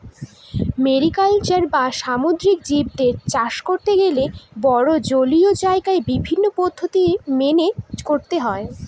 mariculture বা সামুদ্রিক জীবদের চাষ করতে গেলে বড়ো জলীয় জায়গায় বিভিন্ন পদ্ধতি মেনে করতে হয়